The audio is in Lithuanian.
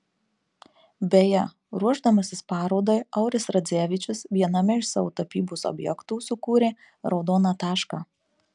beje ruošdamasis parodai auris radzevičius viename iš savo tapybos objektų sukūrė raudoną tašką